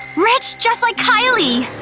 rich, just like kylie